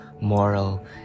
moral